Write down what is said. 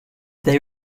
they